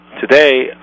today